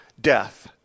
death